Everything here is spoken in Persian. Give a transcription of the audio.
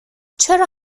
چرا